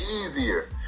easier